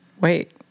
Wait